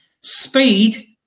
speed